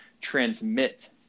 transmit